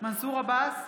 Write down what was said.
מנסור עבאס,